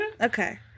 Okay